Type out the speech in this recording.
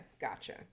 gotcha